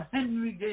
Henry